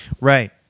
right